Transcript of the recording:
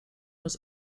was